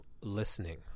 listening